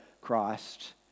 Christ